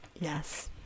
Yes